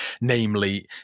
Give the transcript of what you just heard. Namely